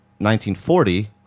1940